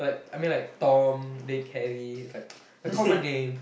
I mean like Tom Dick Harry I mean like a common name